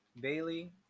Bailey